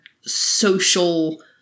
social